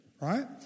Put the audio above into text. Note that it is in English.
right